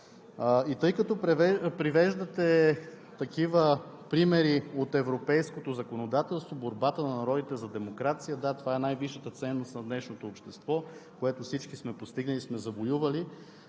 Тъй като привеждате такива примери от европейското законодателство, борбата на народите за демокрация – да, това е най-висшата ценност на днешното общество, което всички сме постигнали и сме завоювали,